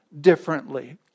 differently